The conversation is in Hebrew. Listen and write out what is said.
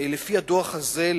לפי הדוח הזה,